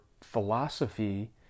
philosophy